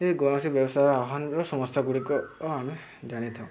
ଏଇ କୌଣସି ବ୍ୟବସାୟ ଆହ୍ୱାନର ସମସ୍ୟା ଗୁଡ଼ିକ ଆମେ ଜାଣିଥାଉ